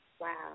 Wow